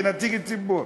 כנציג הציבור,